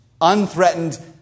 unthreatened